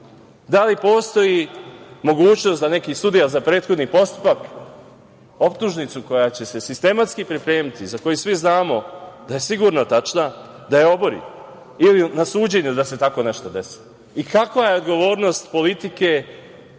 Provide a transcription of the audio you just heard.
li postoji mogućnost da neki sudija za prethodni postupak optužnicu koja će se sistematski pripremiti, za koju svi znamo da je sigurno tačna, da je obori ili na suđenju da se tako nešto desi i kakva je odgovornost politike,